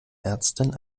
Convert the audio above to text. ärztin